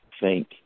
thank